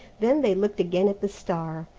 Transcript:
then they looked again at the star,